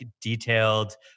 detailed